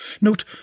Note